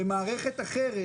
-- ומערכת אחרת,